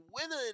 winner